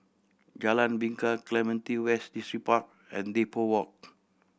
Jalan Bingka Clementi West Distripark and Depot Walk